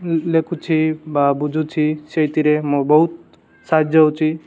ଲେଖୁଛି ବା ବୁଝୁଛି ସେଇଥିରେ ମୁଁ ବହୁତ ସାହାଯ୍ୟ ହେଉଛି